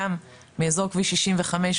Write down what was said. גם מאזור כביש 65,